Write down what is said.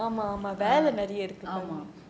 ஆமா:aama